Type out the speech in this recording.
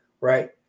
right